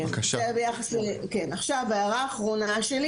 הערה אחרונה,